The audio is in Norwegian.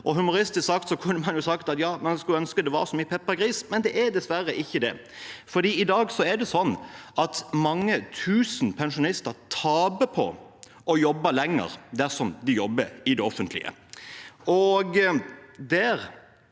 men det er dessverre ikke det. I dag er det sånn at mange tusen pensjonister taper på å jobbe lenger dersom de jobber i det offentlige.